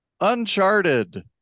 Uncharted